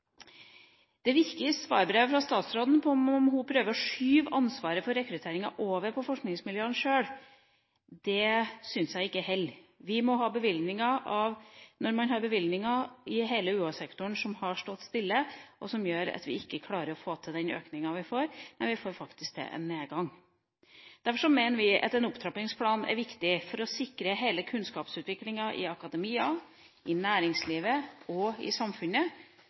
Det virker i svarbrevet fra statsråden som om hun prøver å skyve ansvaret for rekrutteringa over på forskningsmiljøene sjøl. Det syns jeg ikke holder, når bevilgningene i hele UH-sektoren har stått stille, som gjør at vi ikke klarer å få til en økning. Vi får faktisk til en nedgang. Derfor mener vi at en opptrappingsplan er viktig for å sikre hele kunnskapsutviklinga i akademia, i næringslivet og i samfunnet,